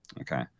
okay